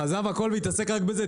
עזב הכול והתעסק רק בזה.